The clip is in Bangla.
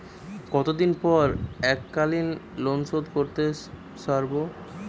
কতদিন পর এককালিন লোনশোধ করতে সারব?